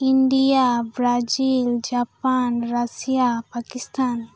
India Brazil Japan Russia Pakistan